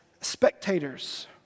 spectators